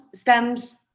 stems